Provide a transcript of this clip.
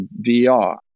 VR